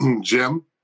Jim